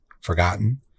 forgotten